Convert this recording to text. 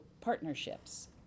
partnerships